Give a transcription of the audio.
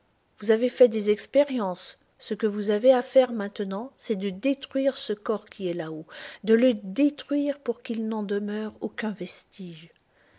vous avez fait des expériences ce que vous avez à faire maintenant c'est de détruire ce corps qui est là-haut de le détruire pour qu'il n'en demeure aucun vestige